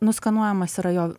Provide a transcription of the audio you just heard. nuskanuojamas yra jo